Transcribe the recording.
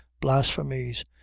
blasphemies